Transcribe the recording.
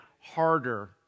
harder